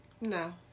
No